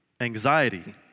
anxiety